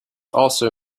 also